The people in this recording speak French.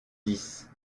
dix